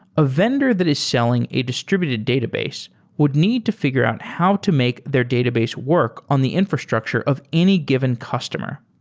a vendor that is selling a distributed database would need to figure out how to make their database work on the infrastructure of any given customer.